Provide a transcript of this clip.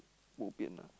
bo pian ah